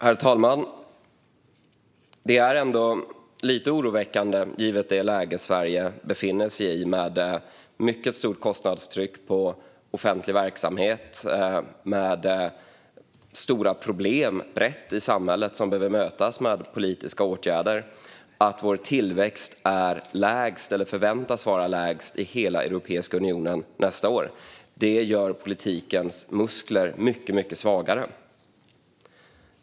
Herr talman! Givet det läge Sverige befinner sig i med mycket stort kostnadstryck på offentlig verksamhet och med stora problem brett i samhället som behöver mötas med politiska åtgärder är det lite oroväckande att vår tillväxt nästa år förväntas vara lägst i hela Europeiska unionen. Det gör politikens muskler mycket svagare.